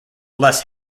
less